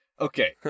Okay